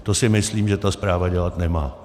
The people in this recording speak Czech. To si myslím, že ta zpráva dělat nemá.